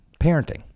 parenting